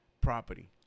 property